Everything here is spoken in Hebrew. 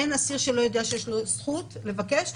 אין אסיר שלא יודע שיש לו זכות לבקש.